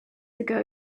ago